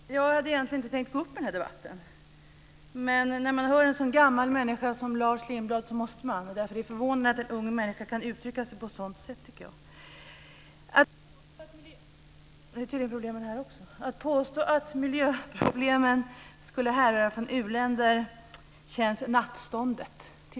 Fru talman! Jag hade egentligen inte tänkt gå upp i den här debatten, men när man hör en så gammalmodig människa som Lars Lindblad yttra sig måste man göra det. Det är förvånande att en ung människa kan uttrycka sig på ett sådant sätt som han gör. Påståendet att miljöproblemen skulle härröra från uländerna känns nattståndet.